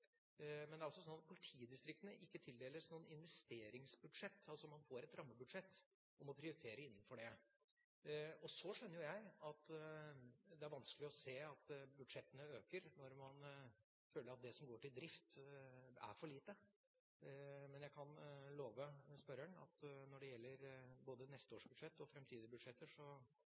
ikke tildeles noe investeringsbudsjett. Altså: Man får et rammebudsjett og må prioritere innenfor det. Jeg skjønner at det er vanskelig å se at budsjettene øker når man føler at det som går til drift, er for lite. Men jeg kan love spørreren at når det gjelder både neste års budsjett og framtidige budsjetter,